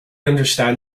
understand